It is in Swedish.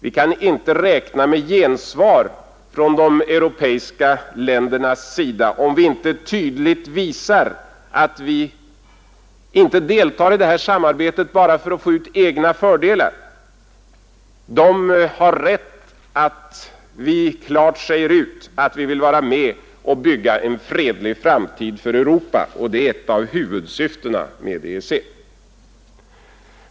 Vi kan inte räkna med gensvar från de europeiska länderna om vi inte tydligt visar att vi inte deltar i samarbetet enbart för att få ut egna fördelar; de har rätt att kräva att vi klart säger ut att vi vill vara med och bygga en fredlig framtid för Europa, och det är ett av huvudsyftena med EEC.